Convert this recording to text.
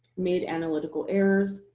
made analytical errors,